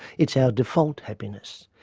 it's our default happiness.